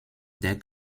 der